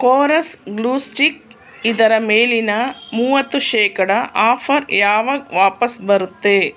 Kores glue stick ಇದರ ಮೇಲಿನ ಮೂವತ್ತು ಶೇಕಡಾ ಆಫರ್ ಯಾವಾಗ ವಾಪಸ್ಸು ಬರುತ್ತೆ